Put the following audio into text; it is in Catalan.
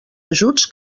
ajuts